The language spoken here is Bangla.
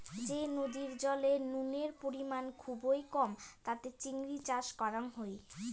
যে নদীর জলে নুনের পরিমাণ খুবই কম তাতে চিংড়ি চাষ করাং হই